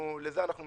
לזה אנחנו מתנגדים.